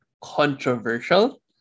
controversial